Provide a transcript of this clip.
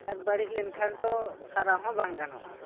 ᱟᱨ ᱵᱟᱹᱲᱤᱡ ᱞᱮᱱ ᱠᱷᱟᱱ ᱛᱚ ᱥᱟᱨᱟ ᱦᱚᱸ ᱵᱟᱝ ᱜᱟᱱᱚᱜᱼᱟ